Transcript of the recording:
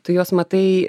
tu juos matai